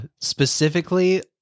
specifically